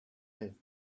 lived